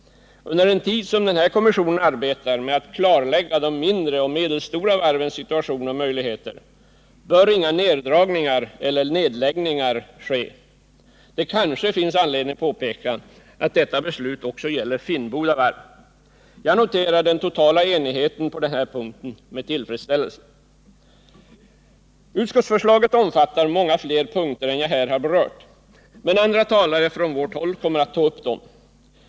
Under den tid denna kommission arbetar med att klarlägga de mindre och medelstora varvens situation och möjligheter bör inga neddragningar eller nedläggningar ske. Det kanske finns anledning påpeka att detta beslut också gäller Finnboda Varv. Jag noterar den totala enigheten på denna punkt med tillfredsställelse. Utskottsförslaget omfattar många fler punkter än jag här har berört, men andra talare från vårt håll kommer att ta upp dessa.